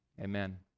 Amen